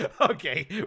Okay